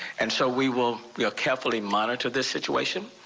and so we will we will carefully monitor the situation.